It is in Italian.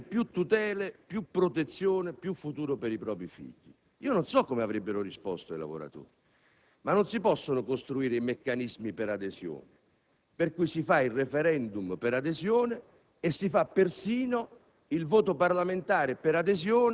sessant'anni ed in cambio, con quelle risorse, garantire più tutele, più protezione, più futuro per i propri figli. Non so come avrebbero risposto i lavoratori, ma non si possono costruire i meccanismi per adesione,